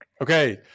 Okay